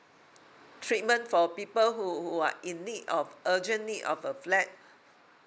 treatment for people who who are in need of urgent need of a flat